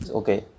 okay